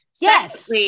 Yes